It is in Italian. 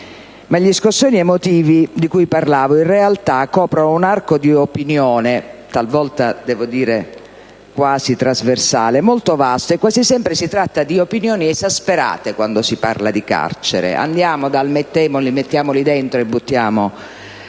Ma gli scossoni emotivi di cui parlavo, in realtà, coprono un arco di opinione - talvolta, devo dire, quasi trasversale - molto vasto, e quasi sempre si tratta di opinioni esasperate quando si tratta di carcere: si va dal «mettiamoli dentro e buttiamo